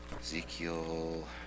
Ezekiel